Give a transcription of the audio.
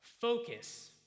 Focus